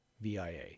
VIA